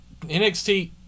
NXT